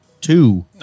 two